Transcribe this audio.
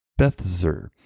Bethzer